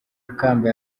rukamba